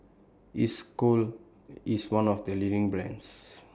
Isocal IS one of The leading brands